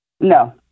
No